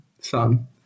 son